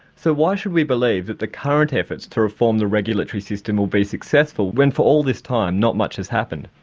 so why should we believe that the current efforts to reform the regulatory system will be successful when for all this time not much has happened?